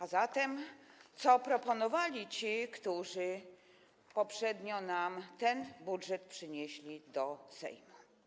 A zatem co proponowali ci, którzy poprzednio nam ten budżet przynieśli do Sejmu?